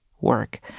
work